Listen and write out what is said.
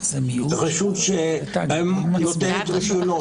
רשות שנותנת רישיונות,